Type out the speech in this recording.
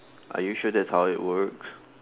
are you sure that's how it works